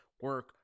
Work